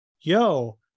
Yo